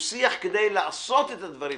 הוא שיח כדי לעשות את הדברים.